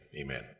amen